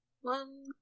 One